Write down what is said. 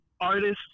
artists